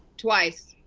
twice.